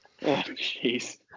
Jeez